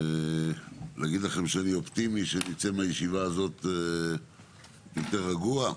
להגיד לכם שאני אופטימי שאני אצא מהישיבה הזאת יותר רגוע?